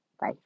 bye